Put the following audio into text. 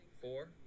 four